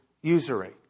usury